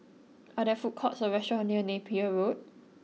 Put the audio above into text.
are there food courts or restaurants near Napier Road